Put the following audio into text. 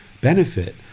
benefit